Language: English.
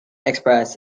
express